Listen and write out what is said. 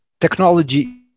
technology